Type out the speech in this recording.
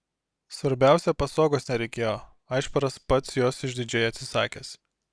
svarbiausia pasogos nereikėjo aišparas pats jos išdidžiai atsisakęs